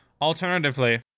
Alternatively